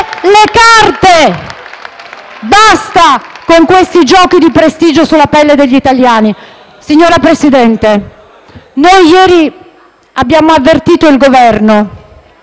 Basta con questi giochi di prestigio sulla pelle degli italiani. Signor Presidente, ieri abbiamo avvertito il Governo